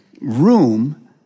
room